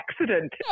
accident